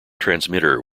transmitter